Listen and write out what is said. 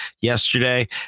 yesterday